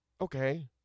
okay